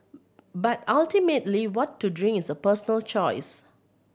but ultimately what to drink is a personal choice